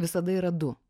visada yra du